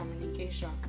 communication